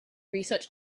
research